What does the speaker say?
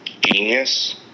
genius